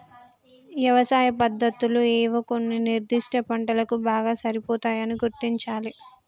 యవసాయ పద్దతులు ఏవో కొన్ని నిర్ధిష్ట పంటలకు బాగా సరిపోతాయని గుర్తించాలి